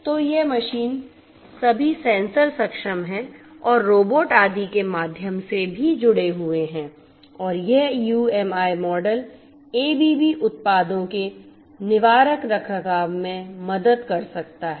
तो ये मशीन सभी सेंसर सक्षम हैं और रोबोट आदि के माध्यम से भी जुड़े हुए हैं और यह यूएमआई मॉडल एबीबी उत्पादों के निवारक रखरखाव में मदद कर सकता है